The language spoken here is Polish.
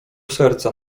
serca